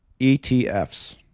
ETFs